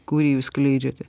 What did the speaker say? kurį jūs skleidžiate